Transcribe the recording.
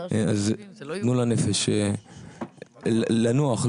אז תנו לנפש לנוח,